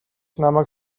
намайг